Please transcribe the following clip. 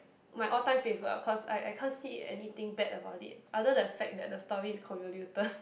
my all time favourite ah cause I I can't see anything bad about it other then fact that the story is convoluted